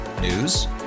News